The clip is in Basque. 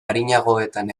arinagoetan